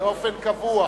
באופן קבוע.